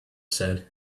said